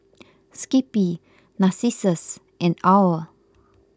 Skippy Narcissus and Owl